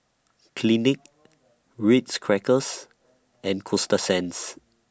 Clinique Ritz Crackers and Coasta Sands